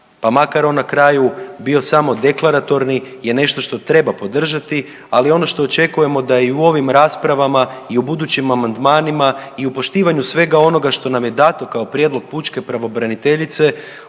pa makar on na kraju bio samo deklaratorni je nešto što treba podržati, ali ono što očekujemo da i u ovim raspravama i u budućim amandmanima i u poštivanju svega onoga što nam je dato kao prijedlog pučke pravobraniteljice